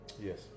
Yes